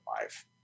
life